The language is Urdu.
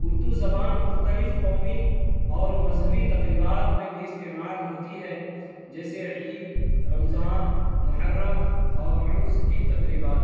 اردو زبان مختلف قومی اور مذہبی تقریبات میں بھی استعمال ہوتی ہے جیسے عید رمضان محرم اور عرس کی تقریبات